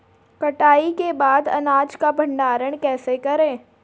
कटाई के बाद अनाज का भंडारण कैसे करें?